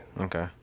Okay